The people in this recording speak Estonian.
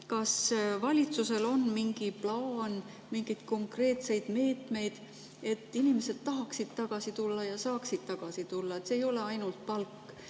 Kas valitsusel on mingi plaan, mingeid konkreetseid meetmeid, et inimesed tahaksid tagasi tulla ja saaksid tagasi tulla? See ei ole ainult palk,